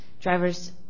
Drivers